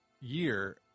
year